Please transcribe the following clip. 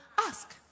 ask